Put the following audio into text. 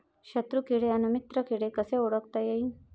शत्रु किडे अन मित्र किडे कसे ओळखता येईन?